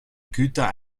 güter